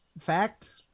fact